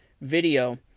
video